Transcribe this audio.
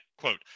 quote